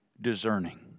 discerning